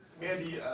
Mandy